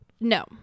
No